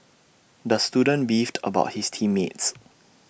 the student beefed about his team mates